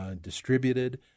distributed